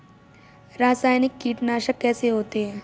रासायनिक कीटनाशक कैसे होते हैं?